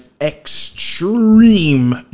extreme